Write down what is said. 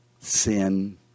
sin